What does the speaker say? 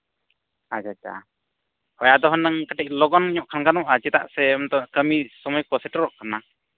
ᱟᱪᱪᱷᱟ ᱟᱪᱪᱷᱟ ᱦᱳᱭ ᱟᱫᱚ ᱦᱩᱱᱟᱹᱝ ᱠᱟᱹᱴᱤᱡ ᱞᱚᱜᱚᱱ ᱧᱚᱜ ᱠᱷᱟᱱ ᱜᱟᱱᱚᱜᱼᱟ ᱪᱮᱫᱟᱜ ᱥᱮ ᱩᱱ ᱫᱚ ᱠᱟᱹᱢᱤ ᱥᱚᱢᱚᱭ ᱠᱚ ᱥᱮᱴᱮᱨᱚᱜ ᱠᱟᱱᱟ